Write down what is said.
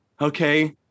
Okay